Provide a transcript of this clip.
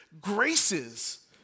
graces